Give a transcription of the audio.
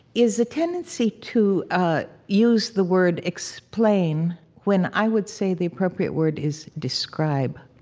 is a tendency to ah use the word explain when i would say the appropriate word is describe.